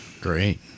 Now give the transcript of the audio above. Great